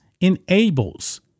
enables